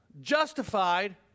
Justified